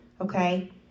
Okay